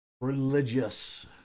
religious